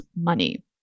money